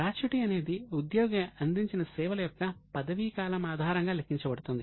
gratuity అనేది ఉద్యోగి అందించిన సేవల యొక్క పదవీకాలం ఆధారంగా లెక్కించబడుతుంది